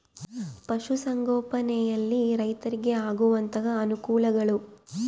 ಪಶುಸಂಗೋಪನೆಯಲ್ಲಿ ರೈತರಿಗೆ ಆಗುವಂತಹ ಅನುಕೂಲಗಳು?